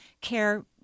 care